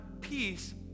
peace